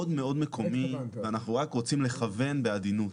מקומי ואנחנו רק רוצים לכוון בעדינות,